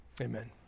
Amen